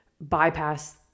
bypass